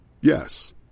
Yes